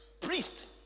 Priest